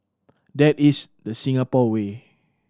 that is the Singapore way